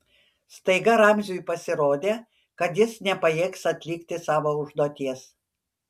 staiga ramziui pasirodė kad jis nepajėgs atlikti savo užduoties